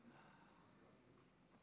מיקי זוהר, שלוש דקות לרשותך.